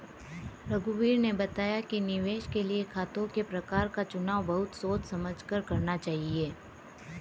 रघुवीर ने बताया कि निवेश के लिए खातों के प्रकार का चुनाव बहुत सोच समझ कर करना चाहिए